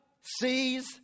sees